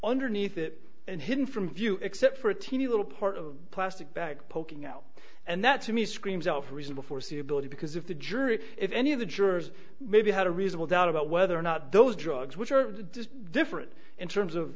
underneath it and hidden from view except for a teeny little part of a plastic bag poking out and that to me screams out for reasonable foreseeability because if the jury if any of the jurors maybe had a reasonable doubt about whether or not those drugs which are just different in terms of